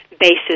basis